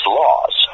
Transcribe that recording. laws